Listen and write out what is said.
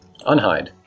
Unhide